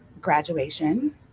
graduation